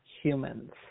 humans